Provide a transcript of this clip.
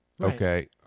Okay